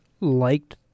liked